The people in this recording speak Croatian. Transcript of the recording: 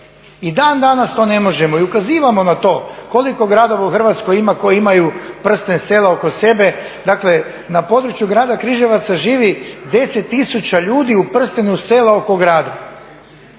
I dan danas to ne možemo i ukazivamo na to koliko gradova u Hrvatskoj ima koji imaju prsten sela oko sebe. Dakle na području grada Križevaca živi 10 tisuća ljudi u prstenu sela oko grada